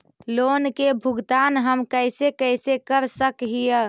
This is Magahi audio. लोन के भुगतान हम कैसे कैसे कर सक हिय?